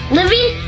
living